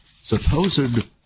supposed